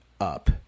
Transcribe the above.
up